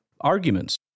arguments